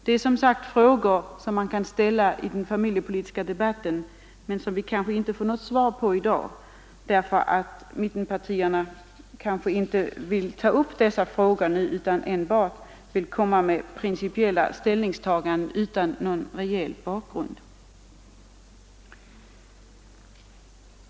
Det är som sagt frågor som man kan ställa i den familjepolitiska debatten men som vi kanske inte får något svar på i dag, eftersom mittenpartierna kanske inte vill ta upp dessa frågor utan enbart vill framföra principiella ställningstaganden utan reell bakgrund.